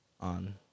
on